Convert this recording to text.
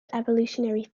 evolutionary